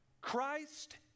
Christ